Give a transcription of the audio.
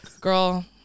Girl